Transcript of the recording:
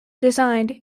designed